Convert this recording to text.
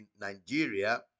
Nigeria